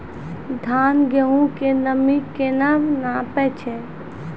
धान, गेहूँ के नमी केना नापै छै?